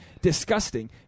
disgusting